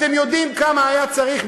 אתם יודעים כמה היה צריך,